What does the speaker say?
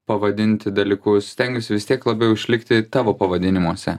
pavadinti dalykus stengiuosi vis tiek labiau išlikti tavo pavadinimuose